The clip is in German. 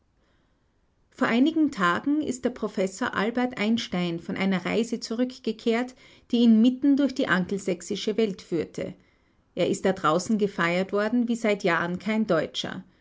vor einigen tagen ist der professor albert einstein von einer reise zurückgekehrt die ihn mitten durch die angelsächsische welt führte er ist da draußen gefeiert worden wie seit jahren kein deutscher